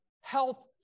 health